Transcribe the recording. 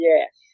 Yes